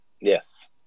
Yes